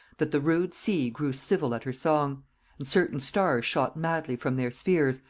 that the rude sea grew civil at her song and certain stars shot madly from their spheres,